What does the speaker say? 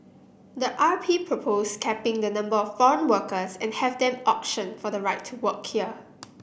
the R P proposed capping the number of foreign workers and have them auction for the right to work here